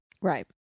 Right